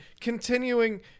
continuing